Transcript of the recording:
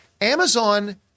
Amazon